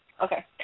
Okay